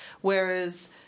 whereas